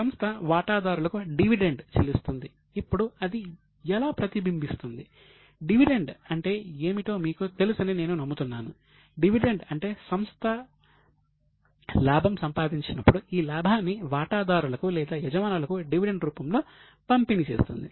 సంస్థ వాటాదారులకు డివిడెండ్ అంటే సంస్థ లాభం సంపాదించినపుడు ఈ లాభాన్ని వాటాదారులకు లేదా యజమానులకు డివిడెండ్ రూపంలో పంపిణీ చేస్తుంది